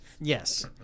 Yes